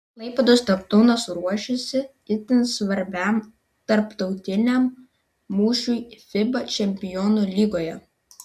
klaipėdos neptūnas ruošiasi itin svarbiam tarptautiniam mūšiui fiba čempionų lygoje